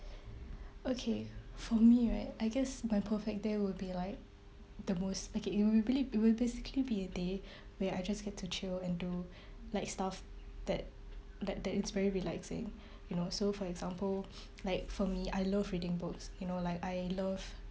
okay for me right I guess my perfect day will be like the most okay it will be it it will basically be a day where I just get to chill and do like stuff that that that is very relaxing you know so for example like for me I love reading books you know like I love